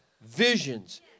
visions